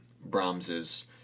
Brahms's